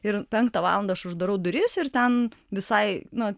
ir penktą valandą aš uždarau duris ir ten visai na